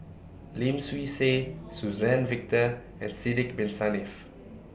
Lim Swee Say Suzann Victor and Sidek Bin Saniff